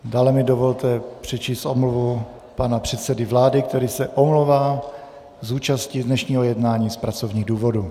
Dále mi dovolte přečíst omluvu pana předsedy vlády, který se omlouvá z účasti na dnešním jednání z pracovních důvodů.